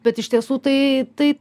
bet iš tiesų tai tai